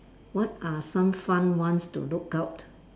what are some fun ones to look out